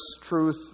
truth